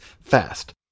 fast